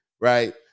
right